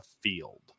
field